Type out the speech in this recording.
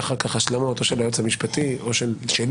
תהיה אחר כך השלמה של היועץ המשפטי או שלי.